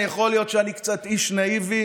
יכול להיות שאני קצת איש נאיבי,